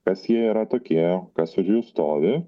kas jie yra tokie kas už jų stovi